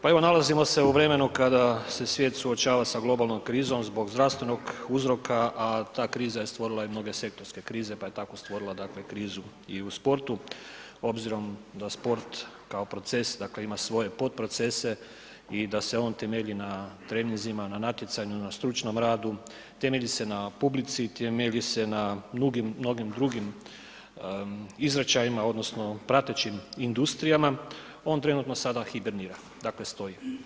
Pa evo nalazimo se u vremenu kada se svijet suočava sa globalnom krizom zbog zdravstvenog uzroka, a ta kriza je stvorila i mnoge sektorske krize, pa je tako stvorila, dakle krizu i u sportu obzirom da sport kao proces, dakle ima svoje potprocese i da se on temelji na treninzima, na natjecanju, na stručnom radu, temelji se na publici, temelji se na mnogim drugim izričajima odnosno pratećim industrijama, on trenutno sada hibernira, dakle stoji.